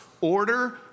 Order